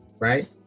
right